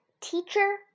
teacher